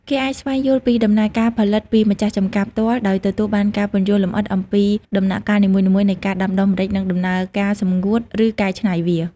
គេអាចស្វែងយល់ពីដំណើរការផលិត ពីម្ចាស់ចម្ការផ្ទាល់ ដោយទទួលបានការពន្យល់លម្អិតអំពីដំណាក់កាលនីមួយៗនៃការដាំដុះម្រេច និងដំណើរការសម្ងួត ឬកែច្នៃវា ។